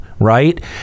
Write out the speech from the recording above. Right